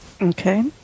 Okay